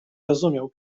rozumiał